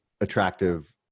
attractive